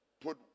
put